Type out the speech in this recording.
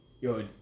Yo